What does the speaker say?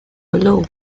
below